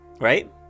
right